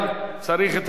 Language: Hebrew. צריך את הדבר הזה,